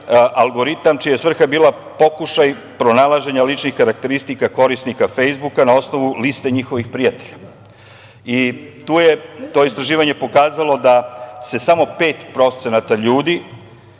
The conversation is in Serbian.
algoritam čija je svrha bila pokušaj pronalaženja ličnih karakteristika korisnika "Fejsbuka" na osnovu liste njihovih prijatelja. To je istraživanje pokazalo da se samo 5% ljudi